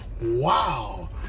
Wow